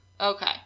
Okay